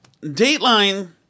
Dateline